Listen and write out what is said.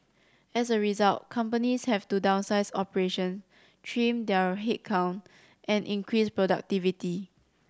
as a result companies have to downsize operation trim their headcount and increase productivity